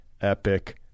epic